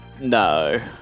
No